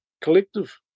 collective